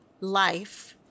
life